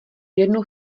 jednu